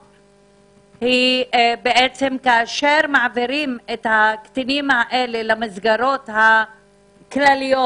היא: כאשר מעבירים את הקטינים האלה למסגרות הכלליות,